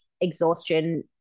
exhaustion